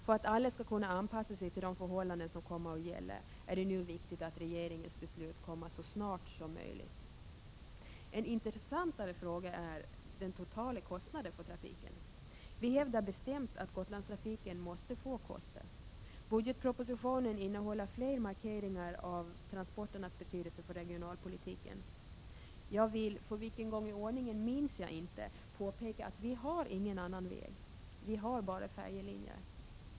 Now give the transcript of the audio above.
För att alla skall kunna anpassa sig till de förhållanden som kommer att gälla är det nu viktigt att regeringens beslut kommer så snart som möjligt. En intressantare fråga är den totala kostnaden för trafiken. Vi hävdar bestämt att Gotlandstrafiken måste få kosta. Budgetpropositionen innehåller flera markeringar av transporternas betydelse för regionalpolitiken. Jag vill, för vilken gång i ordningen minns jag inte, påpeka att vi inte har någon annan väg, vi har bara färjelinjer.